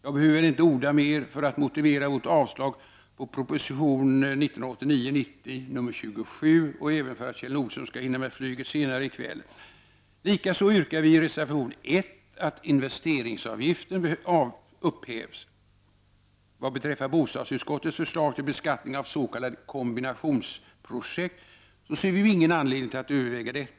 Jag behöver väl inte orda mer för att motivera vårt yrkande om avslag på proposition 1989/90:96. Likaså yrkar vi i reservation 1 att investeringsavgiften upphävs. Vad beträffar bostadsutskottets förslag till beskattning av s.k. kombinationsprojekt vill jag säga att vi inte ser någon anledning att överväga det.